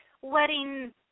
wedding